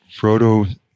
Frodo